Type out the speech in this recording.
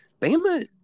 Bama